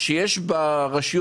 שיש בהן,